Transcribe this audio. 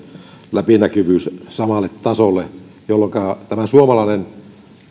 läpinäkyvyys samalle tasolle jolloinka tämä suomalainen